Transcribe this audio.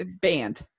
banned